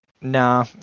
Nah